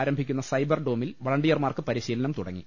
ആരംഭിക്കുന്ന സൈബർ ഡോമിൽ വളണ്ടിയർമാർക്ക് പരി ശീലനം തുടങ്ങി